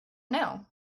know